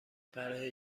برای